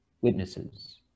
witnesses